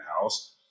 house